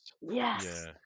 Yes